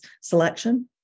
selection